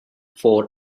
for